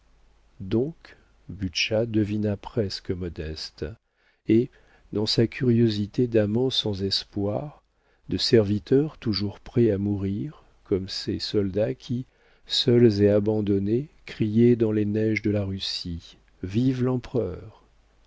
donc butscha devina presque modeste et dans sa curiosité d'amant sans espoir de serviteur toujours prêt à mourir comme ces soldats qui seuls et abandonnés criaient dans les neiges de la russie vive l'empereur